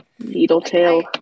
needletail